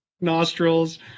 nostrils